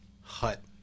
hut